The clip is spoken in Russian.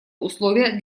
условия